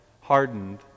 hardened